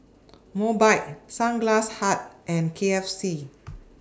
Mobike Sunglass Hut and K F C